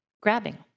grabbing